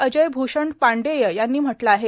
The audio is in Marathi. अजय भूषण पांडेय यांनी म्हटलं आहे